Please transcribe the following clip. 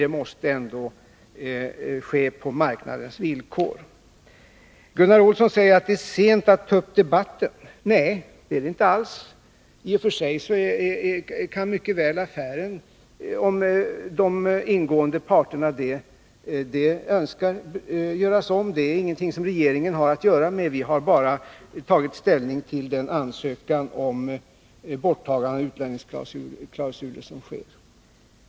Det måste ske på marknadens villkor. Gunnar Olsson säger att det är sent att ta upp debatten. Nej, det är det inte alls. I och för sig kan affären mycket väl, om de ingående parterna det önskar, göras om. Det har regeringen ingenting att göra med. Vi har bara tagit ställning till ansökan om borttagandet av utlänningsklausulen.